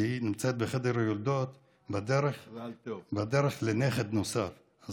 כי היא בחדר יולדות בדרך לנכד נוסף.